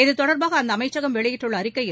இத்தொடர்பாக அந்த அமைச்சகம் வெளியிட்டுள்ள அறிக்கையில்